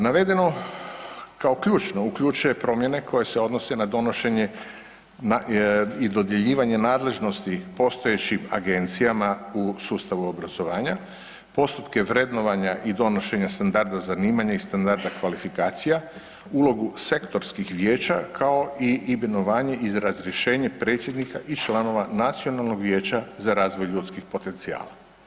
Navedeno kao ključno, uključuje promjene koje se odnose na donošenje i dodjeljivanje nadležnosti postojećim agencijama u sustavu obrazovanja, postupke vrednovanja i donošenja standarda zanimanja i standarda kvalifikacija, ulogu sektorskih vijeća kao i imenovanje i razrješenje predsjednika i članova Nacionalnog vijeća za razvoj ljudskih potencijala.